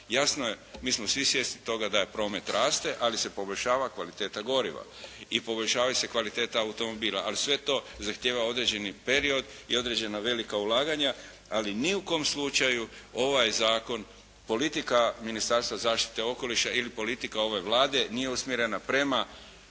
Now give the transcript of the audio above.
Jasno je, mi smo svi svjesni toga da promet raste ali se poboljšava kvaliteta goriva i poboljšava se kvaliteta automobila. Ali sve to zahtijeva određeni period i određena velika ulaganja ali ni u kom slučaju ovaj zakon, politika Ministarstva zaštite okoliša ili politika ove Vlade nije usmjerena protiv